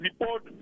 report